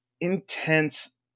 intense